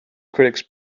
critics